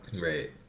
Right